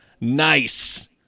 nice